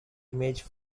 image